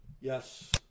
Yes